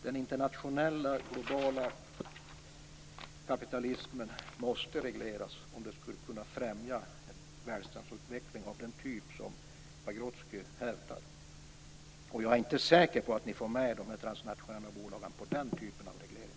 Den internationella globala kapitalismen måste regleras om vi skall kunna främja en välståndsutveckling av den typ som Pagrotsky vill ha. Jag är inte säker på att ni får med er de transnationella bolagen på den typen av reglering.